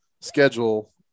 schedule